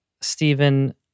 Stephen